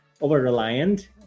over-reliant